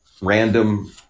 random